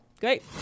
Great